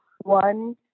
one